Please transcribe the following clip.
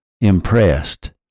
impressed